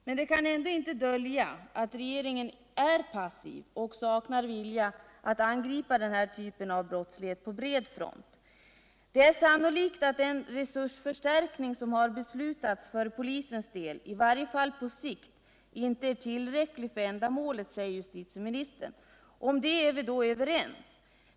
Men det kan ändå inte dölja att regeringen är passiv och saknar vilja att angripa den här typen av brottslighet på bred front. ”Det är sannolikt att den resursförstärkning som har beslutats för polisens del i varje fall på sikt inte är tillräcklig för ändamålet”, säger justitieministern. Om det är vi överens.